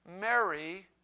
Mary